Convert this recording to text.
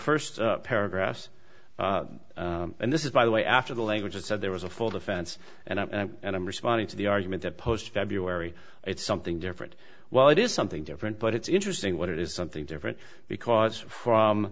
first paragraphs and this is by the way after the language is said there was a full defense and i am responding to the argument that post february it's something different well it is something different but it's interesting what it is something different because from